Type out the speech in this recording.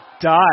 die